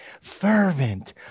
fervent